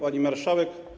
Pani Marszałek!